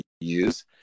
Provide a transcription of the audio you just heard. use